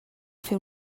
fer